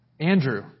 Andrew